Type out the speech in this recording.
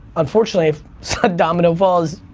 unfortunately, if said domino falls.